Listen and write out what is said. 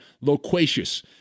loquacious